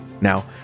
Now